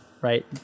right